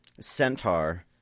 Centaur